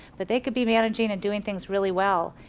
but they could be managing and doing things really well,